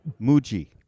Muji